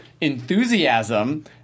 enthusiasm